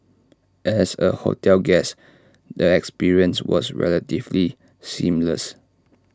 as A hotel guest the experience was relatively seamless